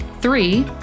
Three